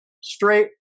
straight